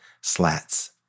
slats